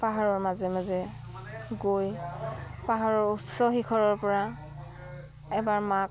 পাহাৰৰ মাজে মাজে গৈ পাহাৰৰ উচ্চ শিখৰৰ পৰা এবাৰ মাক